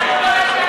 בעד החוק?